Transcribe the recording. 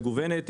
מגוונת,